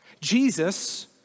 Jesus